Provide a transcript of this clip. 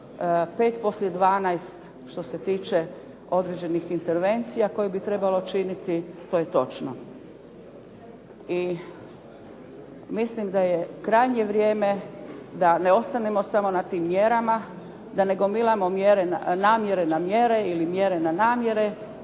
pet poslije 12 što se tiče određenih intervencija koje bi trebalo činiti to je točno. I mislim da je krajnje vrijeme da ne ostanemo samo na tim mjerama, da ne gomilamo mjere, namjere na mjere ili mjere na namjere